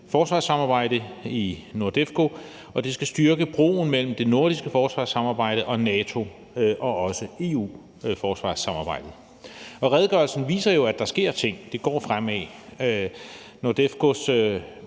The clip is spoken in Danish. forsvarssamarbejde i NORDEFCO, og det skal styrke broen mellem det nordiske forsvarssamarbejde og NATO og også EU's forsvarssamarbejde. Redegørelsen viser jo, at der sker ting. Det går fremad. NORDEFCOs